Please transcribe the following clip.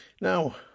Now